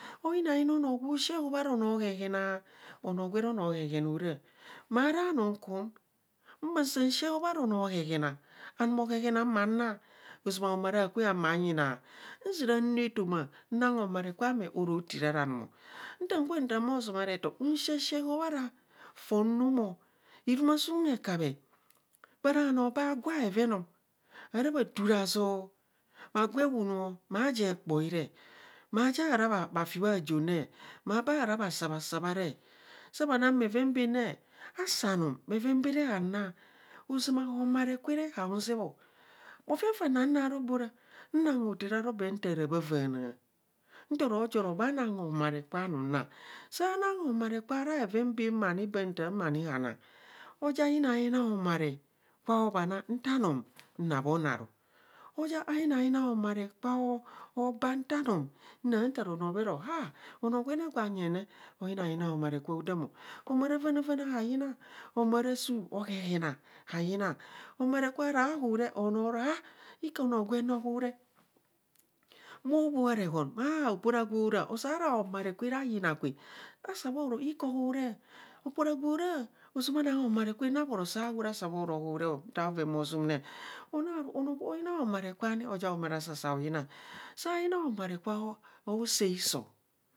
Oyina yina onoo gwo shi ehob ara onoo ohehena, onoo gwere onoo ohehena ora maa ara num kum, ma saa shi ehob ara onoo ohehena, anum ohehena ma naa. ozama omera akwe maa nyina nzira nu etoma naa homare kwa meero tira anum o. nka kuy ntaa mo someraton mshi ashi ehob aroi fon noom o. hurumasum hekpbhe, bhaaraa bhanoo baa gwa bheveen o. ara bho tuu razoor bha gwa ewunu ma je kpoe re. maa ja ra bha fii bha joon re. maa bha saa bha sabha sabha re saa bha naa bheven bhen ne asi anum bhen bene haanaa. ozama homare kwene haa uzebo bhoven nss ro bee ora, naang hothere aro khe nta ra bha vaana, nti ro jo ro